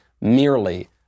merely